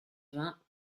vingts